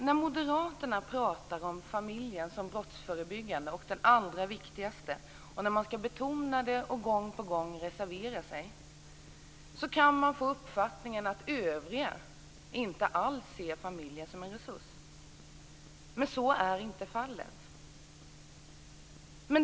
När moderaterna pratar om familjen som brottsförebyggande och som allra viktigast, och när de betonar det och gång på gång reserverar sig, kan man få uppfattningen att övriga inte alls ser familjen som en resurs. Så är inte fallet.